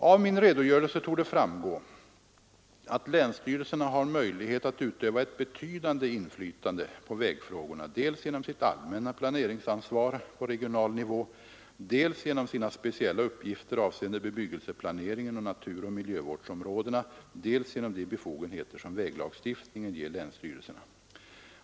Av min redogörelse torde framgå att länsstyrelserna har möjlighet att utöva ett betydande inflytande på vägfrågorna dels genom sitt allmänna planeringsansvar på regional nivå, dels genom sina speciella uppgifter avseende bebyggelseplaneringen och naturoch miljövårdsområdena, dels genom de befogenheter som väglagstiftningen ger länsstyrelserna.